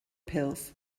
pills